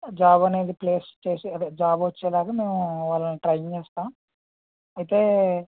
job అనేది place చేసి అదే జాబ్ వచ్చేలాగా మేము వాళ్ళని ట్రైన్ చేస్తాము అయితే